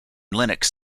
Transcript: linux